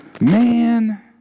man